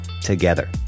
together